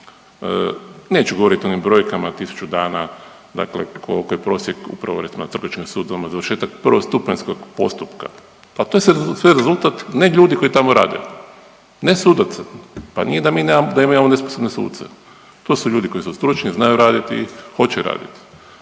Neću govoriti o ovim brojkama tisuću dana, dakle koliko je prosjek …/Govornik se ne razumije./… završetak prvostupanjskog postupka, ali to je sad sve rezultat ne ljudi koji tamo rade, ne sudaca, pa nije da mi nemamo, da imamo nesposobne suce, to su ljudi koji su stručni, znaju raditi, hoće raditi.